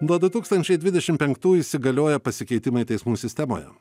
nuo du tūkstančiai dvidešim penktų įsigalioja pasikeitimai teismų sistemoje